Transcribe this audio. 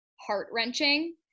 heart-wrenching